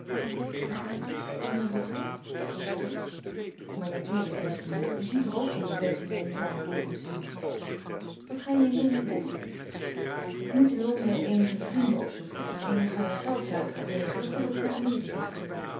je gaat dus onherroepelijk vroeg zij maar natuurlijk beste meid je ziet toch ook in dat betsy mij niet langer kan uitstaan wat ga je in londen doen ik moet in londen eenige vrienden opzoeken eenige geldzaken regelen voordat ik naar amerika ga